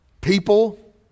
People